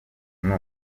kuntu